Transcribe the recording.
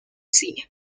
cine